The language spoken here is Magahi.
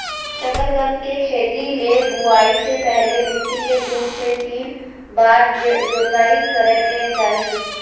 शकरकंद के खेती ले बुआई से पहले मिट्टी के दू से तीन बार जोताई करय के चाही